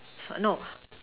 sir no